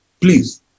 Please